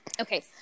Okay